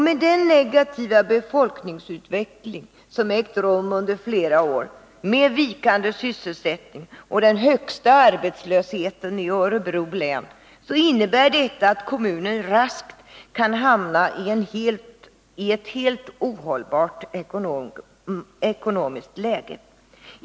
Med den negativa befolkningsutveckling som ägt rum under flera år, med vikande sysselsättning och med den högsta arbetslösheten i Örebro län, innebär detta att kommunen raskt kan hamna i ett helt ohållbart ekonomiskt läge.